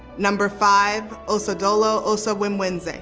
number five, osadolo osawemwenze. and